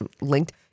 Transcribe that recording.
linked